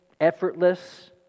effortless